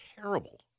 terrible